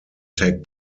take